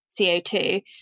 CO2